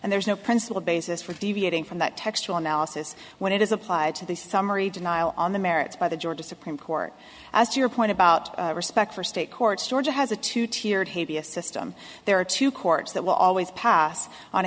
and there is no principal basis for deviating from that textual analysis when it is applied to the summary denial on the merits by the georgia supreme court as to your point about respect for state courts georgia has a two tiered system there are two courts that will always pass on